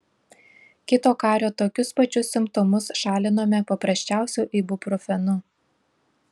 kito kario tokius pačius simptomus šalinome paprasčiausiu ibuprofenu